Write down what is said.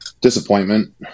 disappointment